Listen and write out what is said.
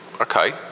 Okay